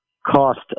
Cost